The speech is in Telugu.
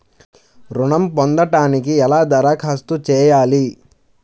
ఋణం పొందటానికి ఎలా దరఖాస్తు చేయాలి?